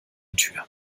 tür